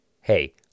hey